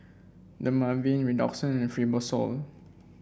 Dermaveen Redoxon and Fibrosol